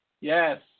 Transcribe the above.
Yes